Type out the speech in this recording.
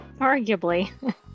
Arguably